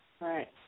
Right